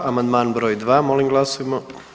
Amandman br. 2, molim glasujmo.